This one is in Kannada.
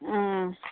ಹಾಂ